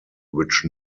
which